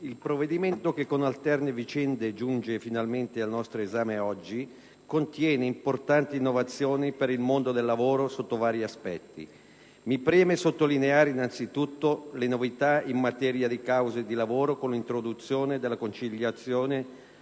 il provvedimento che con alterne vicende giunge finalmente al nostro esame contiene importanti innovazioni per il mondo del lavoro sotto vari aspetti. Mi preme sottolineare innanzitutto le novità in materia di cause di lavoro, con l'introduzione della conciliazione